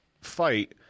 fight